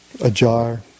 ajar